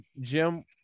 Jim –